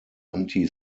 anti